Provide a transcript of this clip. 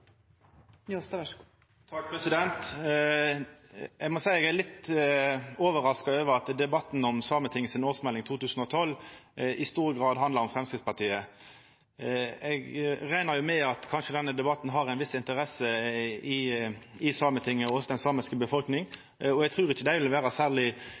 litt overraska over at debatten om Sametingets årsmelding for 2012 i stor grad handlar om Framstegspartiet. Eg reknar med at denne debatten kanskje har ei viss interesse i Sametinget og hos den samiske befolkninga, og eg trur ikkje dei vil vera særleg